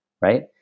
Right